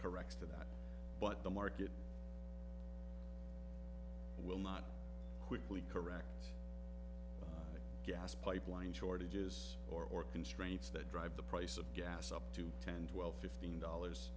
corrects to that but the market will not quickly correct gas pipeline shortages or constraints that drive the price of gas up to ten twelve fifteen dollars